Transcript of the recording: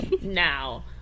now